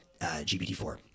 GPT-4